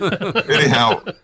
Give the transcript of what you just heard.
Anyhow